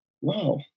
wow